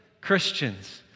Christians